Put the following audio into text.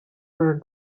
were